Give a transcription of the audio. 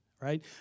right